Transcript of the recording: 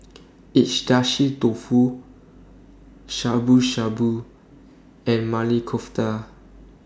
Agedashi Dofu Shabu Shabu and Maili Kofta